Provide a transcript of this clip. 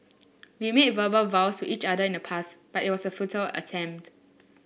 we made verbal vows to each other in the past but it was a futile attempt